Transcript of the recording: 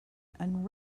and